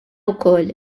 wkoll